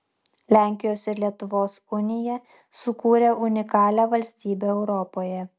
lenkijos ir lietuvos unija sukūrė unikalią valstybę europoje